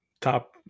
Top